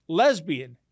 lesbian